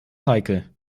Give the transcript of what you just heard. heikel